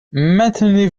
maintenez